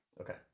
Okay